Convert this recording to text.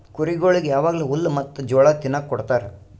ಕುರಿಗೊಳಿಗ್ ಯಾವಾಗ್ಲೂ ಹುಲ್ಲ ಮತ್ತ್ ಜೋಳ ತಿನುಕ್ ಕೊಡ್ತಾರ